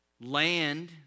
Land